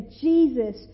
Jesus